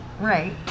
Right